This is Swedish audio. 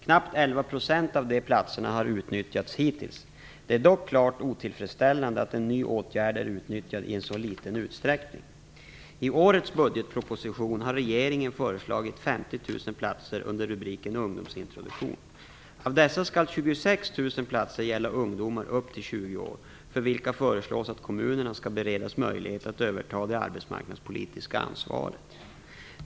Knappt 11 % av de platserna har utnyttjats hittills. Det är dock klart otillfredsställande att en ny åtgärd är utnyttjad i så liten utsträckning. I årets budgetproposition har regeringen föreslagit 20 år för vilka föreslås att kommunerna skall beredas möjlighet att överta det arbetsmarknadspolitiska ansvaret.